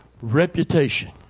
reputation